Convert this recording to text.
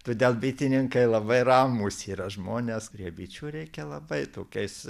todėl bitininkai labai ramūs yra žmonės prie bičių reikia labai tokiais